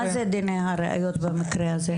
מה זה דיני הראיות במקרה הזה?